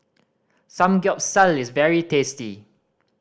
samgyeopsal is very tasty